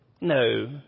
No